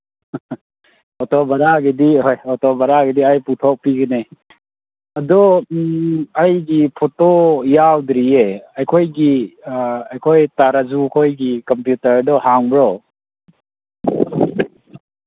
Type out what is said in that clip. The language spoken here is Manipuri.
ꯑꯣꯇꯣ ꯚꯔꯥꯒꯤꯗꯤ ꯍꯣꯏ ꯑꯣꯇꯣ ꯚꯔꯥꯒꯤꯗꯤ ꯑꯩ ꯄꯨꯊꯣꯛꯄꯤꯒꯦꯅꯦ ꯑꯗꯣ ꯑꯩꯒꯤ ꯐꯣꯇꯣ ꯌꯥꯎꯗ꯭ꯔꯤꯌꯦ ꯑꯩꯈꯣꯏꯒꯤ ꯑꯩꯈꯑꯣꯏ ꯇꯥ ꯔꯥꯖꯨꯈꯣꯏꯒꯤ ꯀꯝꯄ꯭ꯌꯨꯇꯔꯗꯣ ꯍꯥꯡꯕ꯭ꯔꯣ